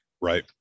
right